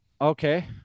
Okay